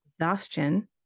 exhaustion